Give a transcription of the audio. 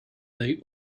they